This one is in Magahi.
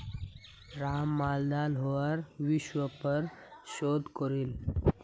राम मालदार हवार विषयर् पर शोध करील